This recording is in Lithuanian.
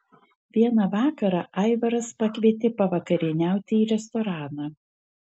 vieną vakarą aivaras pakvietė pavakarieniauti į restoraną